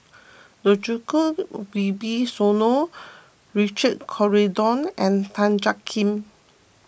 Djoko Wibisono Richard Corridon and Tan Jiak Kim